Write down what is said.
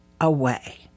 away